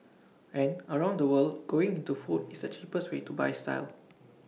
and around the world going into food is the cheapest way to buy style